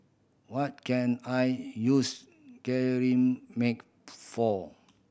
what can I use Cetrimide for